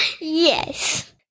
Yes